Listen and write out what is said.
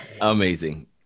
Amazing